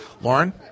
Lauren